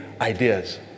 ideas